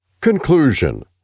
Conclusion